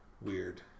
weird